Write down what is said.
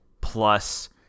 plus